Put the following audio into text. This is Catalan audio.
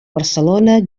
barcelona